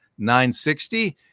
960